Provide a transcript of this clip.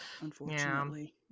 Unfortunately